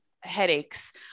headaches